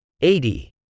eighty